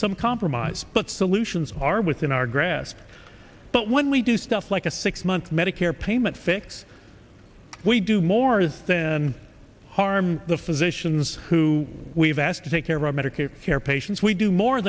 some compromise but solutions are within our grasp but when we do stuff like a six month medicare payment fix we do more as than harm the physicians who we've asked to take care of our medical care patients we do more